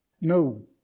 no